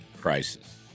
crisis